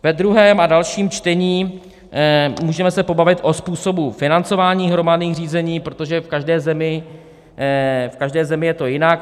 Ve druhém a dalším čtení se můžeme pobavit o způsobu financování hromadných řízení, protože v každé zemi, v každé zemi je to jinak.